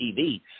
TV